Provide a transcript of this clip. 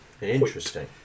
Interesting